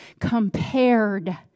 compared